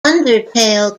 undertail